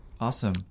awesome